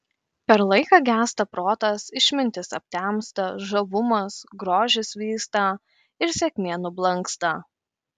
per laiką gęsta protas išmintis aptemsta žavumas grožis vysta ir sėkmė nublanksta